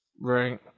Right